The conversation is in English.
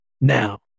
Now